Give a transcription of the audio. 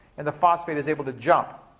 and the phosphate is able to jump.